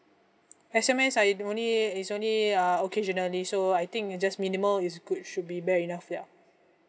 S_M_S I only is only uh occasionally so I think is just minimal is good should be bare enough like